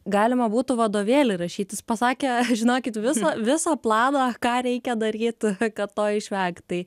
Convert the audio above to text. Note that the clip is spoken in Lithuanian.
galima būtų vadovėlį rašytis pasakė žinokit visą visą planą ką reikia daryti kad to išvengt tai